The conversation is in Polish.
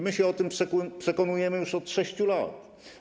My się o tym przekonujemy już od 6 lat.